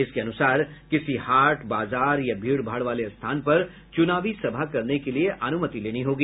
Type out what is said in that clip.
जिसके अनुसार किसी हाट बाजार या भीड़ भाड़ वाले स्थान पर चुनावी सभा करने के लिए अनुमति लेनी होगी